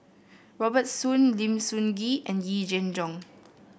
Robert Soon Lim Sun Gee and Yee Jenn Jong